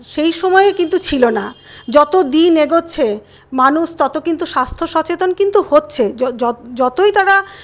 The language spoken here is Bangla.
সেই সময় কিন্তু ছিল না যত দিন এগোচ্ছে মানুষ তত কিন্তু স্বাস্থ্য সচেতন কিন্তু হচ্ছে যতই তারা